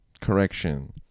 correction